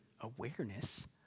awareness